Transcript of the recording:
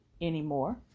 anymore